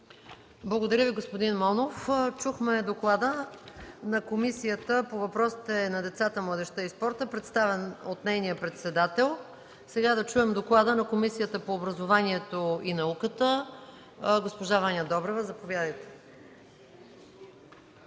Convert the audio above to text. Благодаря Ви, господин Монов. Чухме доклада на Комисията по въпросите на децата, младежта и спорта, представен от нейния председател. Сега да чуем доклада на Комисията по образованието и науката. Госпожа Ваня Добрева, заповядайте. ДОКЛАДЧИК